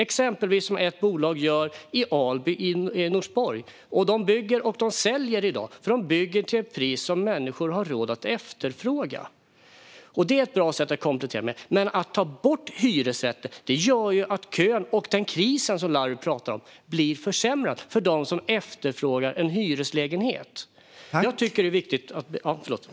Exempelvis gör ett företag det i Alby i Norsborg: De bygger i dag, och de säljer eftersom de bygger till ett pris som människor har råd att efterfråga. Det är ett bra sätt att komplettera, men att ta bort hyresrätter gör ju att kön av människor som efterfrågar en hyreslägenhet - och den kris som Larry talar om - förvärras.